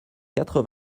quatre